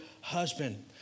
husband